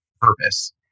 purpose